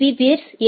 பீ பீர்ஸ் கள் ஏ